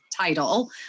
title